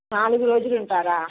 నాలుగు రోజులు ఉంటారా